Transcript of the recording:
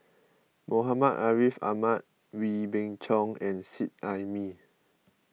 Muhammad Ariff Ahmad Wee Beng Chong and Seet Ai Mee